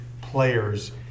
players